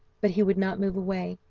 but he would not move away,